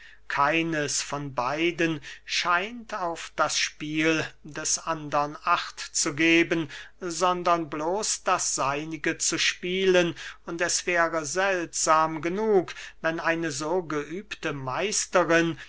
keines von beiden scheint auf das spiel des andern acht zu geben sondern bloß das seinige zu spielen und es wäre seltsam genug wenn eine so geübte meisterin